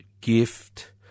gift